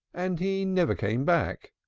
and he never came back.